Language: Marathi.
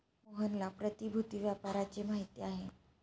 मोहनला प्रतिभूति व्यापाराची माहिती आहे